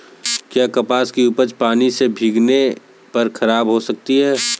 क्या कपास की उपज पानी से भीगने पर खराब हो सकती है?